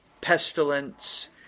pestilence